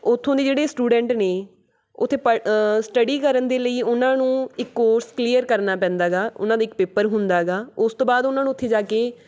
ਉੱਥੋਂ ਦੇ ਜਿਹੜੇ ਸਟੂਡੈਂਟ ਨੇ ਉੱਥੇ ਪੜ੍ਹ ਸਟੱਡੀ ਕਰਨ ਦੇ ਲਈ ਉਹਨਾਂ ਨੂੰ ਇੱਕ ਕੋਰਸ ਕਲੀਅਰ ਕਰਨਾ ਪੈਂਦਾ ਹੈਗਾ ਉਹਨਾਂ ਦਾ ਇੱਕ ਪੇਪਰ ਹੁੰਦਾ ਹੈਗਾ ਉਸ ਤੋਂ ਬਾਅਦ ਉਹਨਾਂ ਨੂੰ ਉੱਥੇ ਜਾ ਕੇ